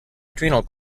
adrenal